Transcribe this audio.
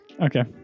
okay